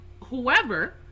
whoever